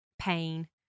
pain